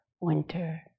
winter